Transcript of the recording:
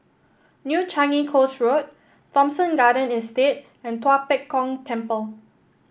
New Changi Coast Road Thomson Garden Estate and Tua Pek Kong Temple